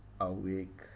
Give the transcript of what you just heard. awake